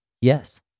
Yes